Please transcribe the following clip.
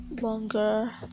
longer